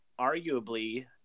arguably